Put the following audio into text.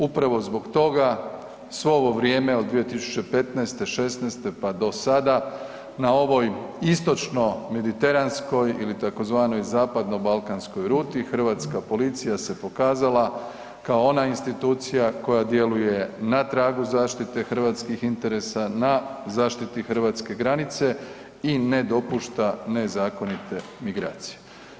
Upravo zbog toga svo ovo vrijeme od 2015., '16. pa do sada na ovoj istočno-mediteranskoj ili tzv. zapadnobalkanskoj ruti hrvatska policija se pokazala kao ona institucija koja djeluje na tragu zaštite hrvatskih interesa, na zaštiti hrvatske granice i ne dopušta nezakonite migracije.